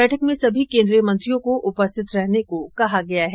बैठक में सभी केन्द्रीय मंत्रियों को उपस्थित रहने को कहा गया है